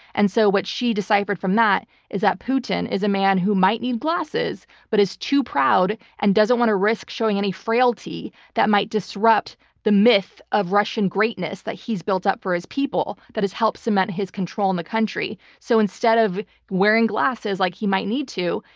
and so what she deciphered from that is that putin is a man who might need glasses but is too proud, and doesn't want to risk showing any frailty that might disrupt the myth of russian greatness that he's built up for his people, that has helped cement his control in the country. so instead of wearing glasses like he might need to,